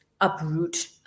uproot